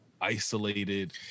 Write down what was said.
isolated